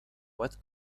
what